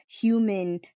human